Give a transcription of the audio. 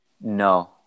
No